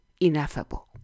Ineffable